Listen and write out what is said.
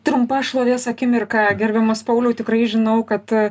trumpa šlovės akimirka gerbiamas pauliau tikrai žinau kad